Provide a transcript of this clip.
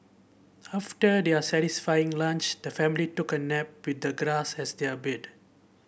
after their satisfying lunch the family took a nap with the grass as their bed